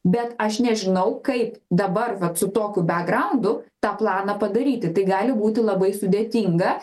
bet aš nežinau kaip dabar vat su tokiu begraundu tą planą padaryti tai gali būti labai sudėtinga